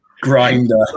Grinder